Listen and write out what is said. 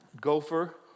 gopher